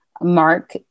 Mark